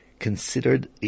Considered